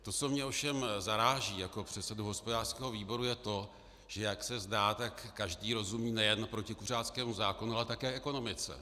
To, co mě ovšem zaráží jako předsedu hospodářského výboru, je to, že jak se zdá, tak každý rozumí nejen protikuřáckému zákonu, ale také ekonomice.